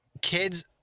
kids